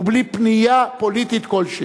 ובלי פנייה פוליטית כלשהי.